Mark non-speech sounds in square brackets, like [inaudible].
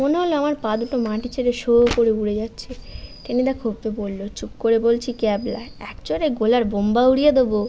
মনে হলো আমার পা দুটো মাটি ছেড়ে শোঁ করে উড়ে যাচ্ছে টেনিদা [unintelligible] বলল চুপ করে বলছি ক্যাবলা এক চড়ে গলার বোম্বা উড়িয়ে দেবো